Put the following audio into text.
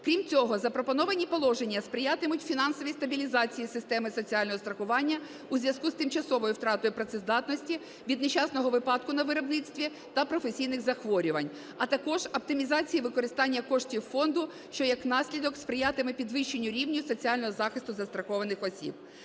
Крім цього, запропоновані положення сприятимуть фінансовій стабілізації системи соціального страхування у зв'язку з тимчасовою втратою працездатності від нещасного випадку на виробництві та професійних захворювань, а також оптимізації використання коштів фонду, що, як насідок, сприятиме підвищенню рівня соціального захисту застрахованих осіб.